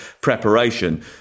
preparation